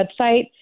website